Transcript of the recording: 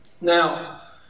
Now